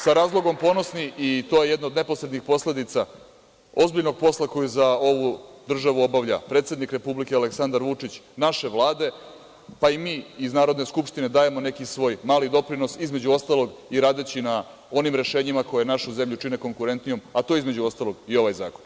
Sa razlogom ponosni i to je jedno od neposrednih posledica ozbiljnog posla koji za ovu državu obavlja predsednik Republike Aleksandar Vučić, naše Vlade, pa i mi iz Narodne skupštine dajemo neki svoj mali doprinos, između ostalog, i radeći na onim rešenjima koja našu zemlju čine konkurentnijom a to je između ostalog i ovaj zakon.